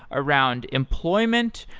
around employment,